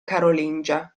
carolingia